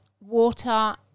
water